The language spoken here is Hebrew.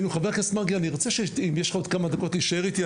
אם יש לך עוד כמה דקות להישאר איתי,